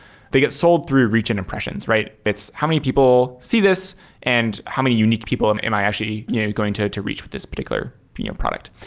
they get sold through reach and impression, right? it's how many people see this and how many unique people am am i actually yeah going to to reach with this particular you know product?